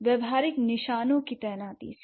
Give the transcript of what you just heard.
व्यावहारिक निशानों की तैनाती से